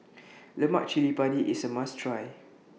Lemak Cili Padi IS A must Try